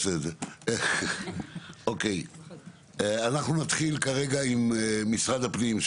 אנחנו נתחיל כרגע עם משרד הפנים,